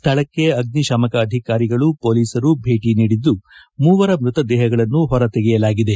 ಸ್ಥಳಕ್ಕೆ ಅಗ್ನಿ ಶಾಮಕ ಅಧಿಕಾರಿಗಳು ಪೊಲೀಸರು ಭೇಟಿ ನೀಡಿದ್ದು ಮೂವರ ಮ್ಬತ ದೇಹಗಳನ್ನು ಹೊರತೆಗೆಯಲಾಗಿದೆ